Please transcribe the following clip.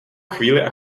chvíli